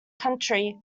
country